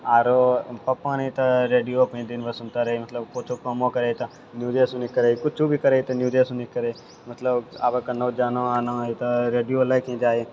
आरो पापा नी तऽ रेडियो अपने दिन भरि सुनिते रहैय मतलब कोइ ठो कामो करैय तऽ न्यूजे सुनिके करैय कुछो भी करैय तऽ न्यूजे सुनिके करैय मतलब आब केनो जानो आनो है तऽ रेडियो लैके ही जाइए